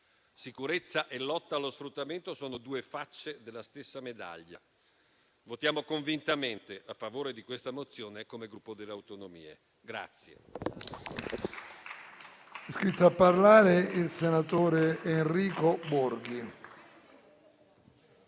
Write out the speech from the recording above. Sicurezza e lotta allo sfruttamento sono due facce della stessa medaglia. Votiamo convintamente a favore di questa mozione, come Gruppo per le Autonomie.